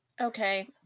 Okay